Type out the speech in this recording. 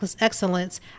excellence